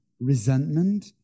resentment